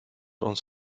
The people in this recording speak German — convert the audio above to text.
uns